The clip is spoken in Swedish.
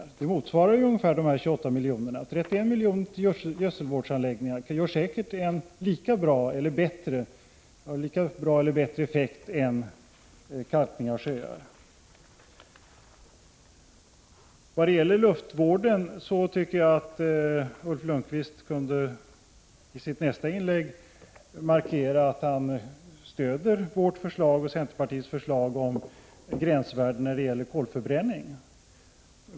Den satsningen motsvarar ungefär dessa 28 miljoner. 31 miljoner till gödselvårdsanläggningar kan säkert ge lika bra eller bättre effekt än kalkningen av sjöar. Vad sedan gäller luftvården tycker jag att Ulf Lönnqvist i sitt nästa inlägg kunde markera att han stöder vårt och centerpartiets förslag om gränsvärdena för kolförbränning.